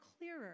clearer